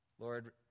Lord